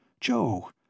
Joe